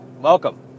Welcome